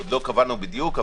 עוד לא קבענו בדיוק,